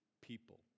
people